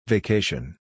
Vacation